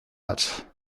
hat